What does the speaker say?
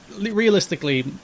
realistically